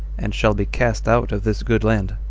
and shall be cast out of this good land,